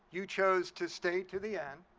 you chose to stay to the end,